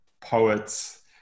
poets